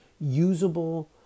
usable